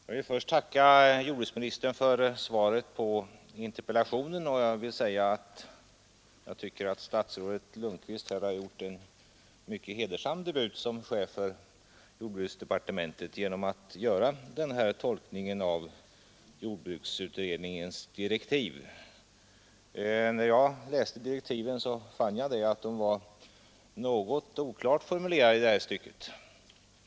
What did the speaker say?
Herr talman! Jag vill först tacka jordbruksministern för svaret på interpellationen. Jag tycker att statsrådet Lundkvist har gjort en mycket hedersam debut som chef för jordbruksdepartementet genom att ge jordbruksutredningens direktiv den tolkning som framgår av svaret. När jag läste direktiven fann jag att de var något oklart formulerade i det här stycket.